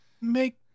make